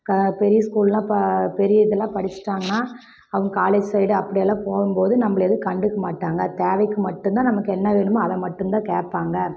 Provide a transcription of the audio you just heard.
க பெரிய ஸ்கூல்லாம் ப பெரிய இதெல்லாம் படிச்சுடாங்கன்னா அவங்க காலேஜு சைடு அப்படியெல்லாம் போகும்போது நம்பளை எதுவும் கண்டுக்க மாட்டாங்க தேவைக்கு மட்டும்தான் நமக்கு என்ன வேணுமோ அதை மட்டும்தான் கேட்பாங்க